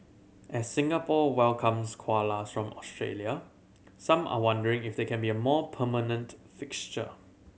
as Singapore welcomes koalas from Australia some are wondering if they can be a more permanent fixture